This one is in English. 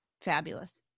Fabulous